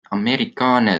amerikaner